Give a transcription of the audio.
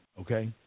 okay